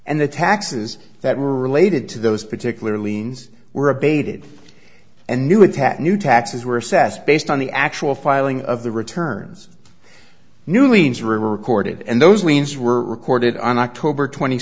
and the taxes that were related to those particular liens were abated and new attack new taxes were assessed based on the actual filing of the returns new orleans recorded and those means were recorded on october twenty